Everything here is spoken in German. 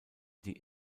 die